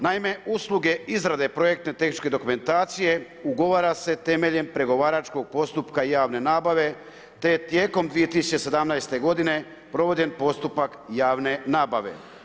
Naime, usluge izrade projektne tehničke dokumentacije ugovara se temeljem pregovaračkog postupka javne nabave, te je tijekom 2017. godine proveden postupak javne nabave.